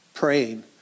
praying